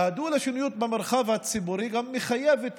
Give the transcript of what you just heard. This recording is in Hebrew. והדו-לשוניות במרחב הציבורי גם מחייבת